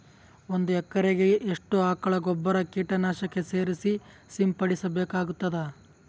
ಒಂದು ಎಕರೆಗೆ ಎಷ್ಟು ಆಕಳ ಗೊಬ್ಬರ ಕೀಟನಾಶಕ ಸೇರಿಸಿ ಸಿಂಪಡಸಬೇಕಾಗತದಾ?